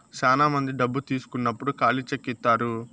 శ్యానా మంది డబ్బు తీసుకున్నప్పుడు ఖాళీ చెక్ ఇత్తారు